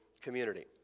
community